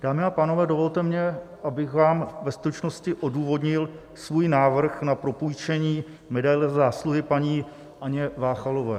Dámy a pánové, dovolte mně, abych vám ve stručnosti odůvodnil svůj návrh na propůjčení medaile Za zásluhy paní Anně Váchalové.